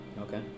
Okay